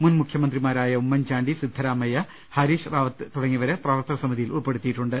മുൻ മുഖ്യമന്ത്രിമാരായ ഉമ്മൻചാണ്ടി സിദ്ധരാമയ്യ ഹരീഷ് റാവത്ത് തുടങ്ങിയവരെ പ്രവർത്തകസമിതിയിൽ ഉൾപ്പെടുത്തിയിട്ടുണ്ട്